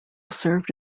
served